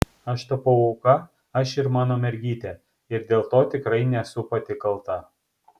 aš tapau auka aš ir mano mergytė ir dėl to tikrai nesu pati kalta